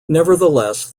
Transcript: nevertheless